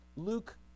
Luke